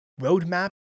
Roadmap